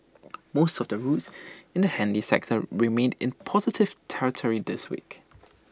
most of the routes in the handy sector remained in positive territory this week